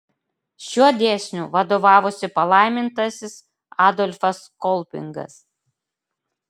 šiuo dėsniu vadovavosi palaimintasis adolfas kolpingas